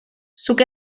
zuk